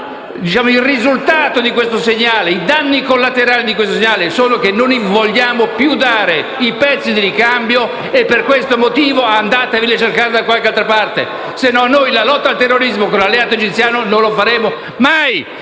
il risultato di questo segnale e i suoi danni collaterali sono che non vogliamo più dare i pezzi di ricambio e che, per questo motivo, se li deve andare a cercare da qualche altra parte; sennò noi la lotta al terrorismo con l'alleato egiziano non la faremo mai.